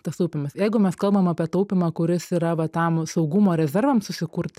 tas taupymas jeigu mes kalbam apie taupymą kuris yra va tam saugumo rezervam susikurt